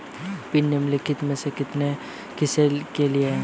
Pin निम्नलिखित में से किसके लिए है?